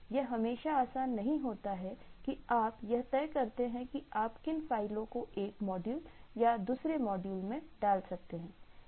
यह हमेशा आसान नहीं होता है कि आप यह तय करते हैं कि आप किन फाइलों को एक मॉड्यूल या दूसरे में डाल सकते हैं